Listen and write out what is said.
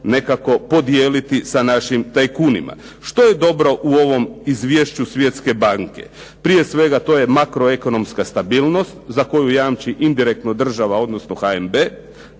nekako podijeliti sa našim tajkunima. Što je dobro u ovom izvješću Svjetske banke? Prije svega to je makroekonomska stabilnost, za koju jamči indirektno država, odnosno HNB,